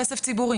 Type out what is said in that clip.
כסף ציבורי.